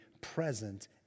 present